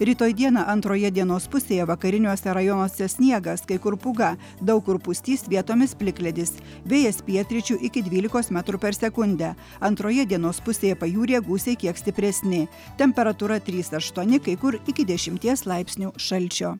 rytoj dieną antroje dienos pusėje vakariniuose rajonuose sniegas kai kur pūga daug kur pustys vietomis plikledis vėjas pietryčių iki dvylikos metrų per sekundę antroje dienos pusėje pajūryje gūsiai kiek stipresni temperatūra trys aštuoni kai kur iki dešimties laipsnių šalčio